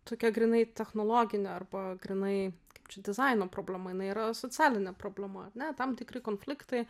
tokia grynai technologinė arba grynai kaip čia dizaino problema jinai yra socialinė problema ar ne tam tikri konfliktai